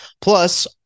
Plus